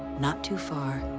not too far,